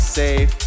safe